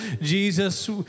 Jesus